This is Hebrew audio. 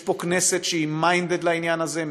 יש פה כנסת שהיא minded לעניין הזה,